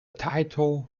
title